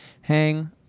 hang